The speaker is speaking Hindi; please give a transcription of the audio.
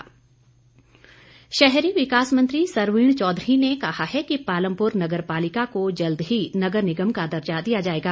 सरवीण शहरी विकास मंत्री सरवीण चौधरी ने कहा है कि पालमपुर नगर पालिका को जल्द ही नगर निगम का दर्जा दिया जाएगा